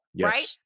right